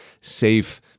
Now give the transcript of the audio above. safe